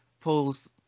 pulls